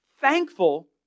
thankful